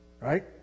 Right